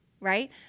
Right